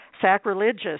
sacrilegious